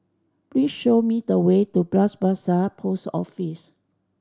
please show me the way to Bras Basah Post Office